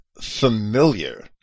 familiar